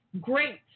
great